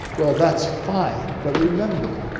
well, that's fine. but remember,